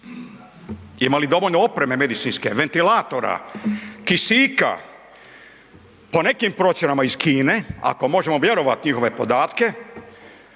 Ima li dovoljno opreme medicinske, ventilatora, kisika. Po nekim procjenama iz Kine, ako možemo vjerovati u njihove podatke,